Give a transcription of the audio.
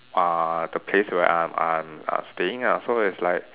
uh the place where I'm I'm I'm staying ah so it's like